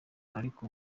ariko